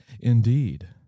indeed